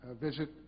visit